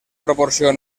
proporció